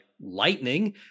lightning